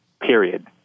period